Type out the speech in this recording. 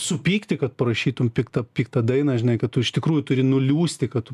supykti kad prašytum piktą piktą dainą žinai kad tu iš tikrųjų turi nuliūsti kad